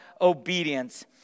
obedience